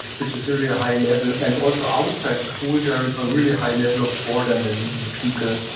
which is really a high level. and also outside school there is a really high level of boredom in and people.